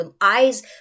eyes